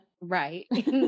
right